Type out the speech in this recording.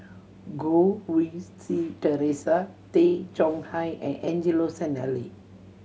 Goh Rui Si Theresa Tay Chong Hai and Angelo Sanelli